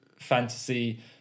fantasy